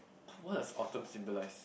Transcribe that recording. what does Autumn symbolise